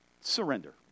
Surrender